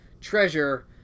treasure